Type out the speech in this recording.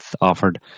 offered